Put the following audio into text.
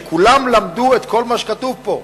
וכולם למדו את כל מה שכתוב פה,